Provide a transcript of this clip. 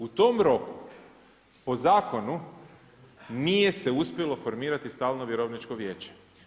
U tom roku po zakonu nije se uspjelo formirati stalno vjerovničko vijeće.